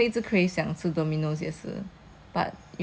but sometimes like oh you are freaking hungry then you just go out and buy lor